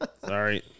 Sorry